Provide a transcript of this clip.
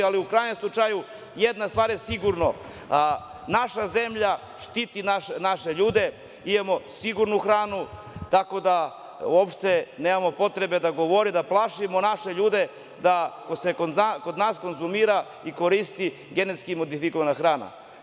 Ali u krajnjem slučaju jedna stvar je sigurna, naša zemlja štiti naše ljude, imamo sigurnu hranu, tako da uopšte nemamo potrebe da govore da plašimo naše ljude da se kod nas konzumira i koristi genetski modifikovana hrana.